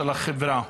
של החברה,